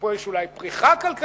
פה יש אולי פריחה כלכלית,